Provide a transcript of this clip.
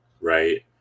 right